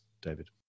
David